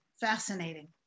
fascinating